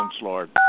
Lord